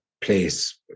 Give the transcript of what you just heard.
place